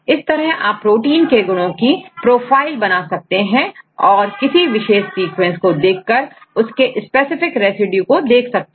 इस तरह आप प्रोटीन के गुणों की प्रोफाइल बना सकते हैं और किसी विशेष सीक्वेंस को देखकर उसके स्पेसिफिक रेसिड्यू को देख सकते हैं